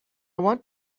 want